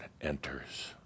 Enters